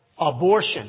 Abortion